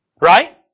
right